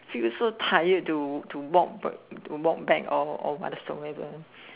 feel so tired to to walk to walk back or or what so ever